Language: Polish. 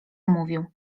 mówił